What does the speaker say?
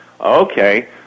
Okay